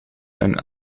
een